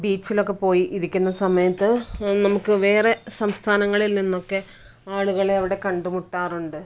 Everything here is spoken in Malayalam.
ബീച്ചിലൊക്കെ പോയി ഇരിക്കുന്ന സമയത്ത് നമുക്ക് വേറെ സംസ്ഥാനങ്ങളിൽ നിന്നൊക്കെ ആളുകളെ അവിടെ കണ്ടുമുട്ടാറുണ്ട്